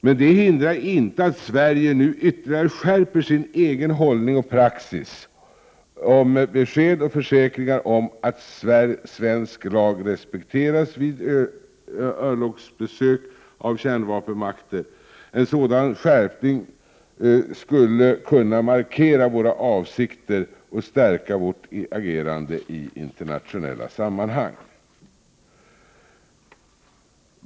Men det hindrar inte att Sverige nu ytterligare skärper sin egen hållning och praxis i fråga om besked och försäkringar om att svensk lag respekteras vid örlogsbesök av kärnvapenmakter. En sådan skärpning skulle kunna markera våra avsikter och skärpa vårt agerande i internationella sammanhang.